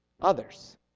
others